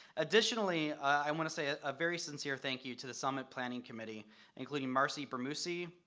additionally, i want to say a ah very sincere thank you to the summit planning committee including, marcie bramucci,